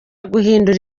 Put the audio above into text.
guhindura